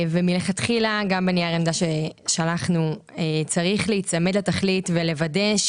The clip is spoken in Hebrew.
ומלכתחילה גם בנייר עמדה ששלחנו צריך להיצמד לתכלית ולוודא,